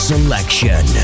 Selection